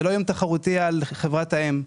זה לא איום תחרותי על חברת האם.